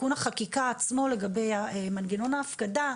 תיקון החקיקה עצמו לגבי מנגנון ההפקדה,